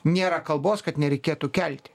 nėra kalbos kad nereikėtų kelti